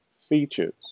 features